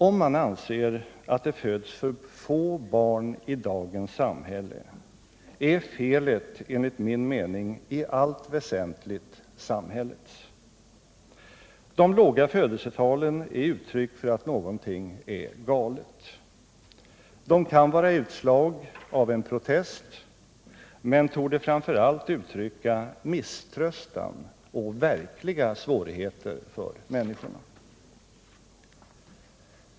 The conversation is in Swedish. Om man anser att det föds för få barn i dagens samhälle är felet enligt min mening i allt väsentligt samhällets. De låga födelsetalen är uttryck för att någonting är galet. De kan vara utslag av en protest men torde framför allt uttrycka misströstan och verkliga svårigheter för människorna.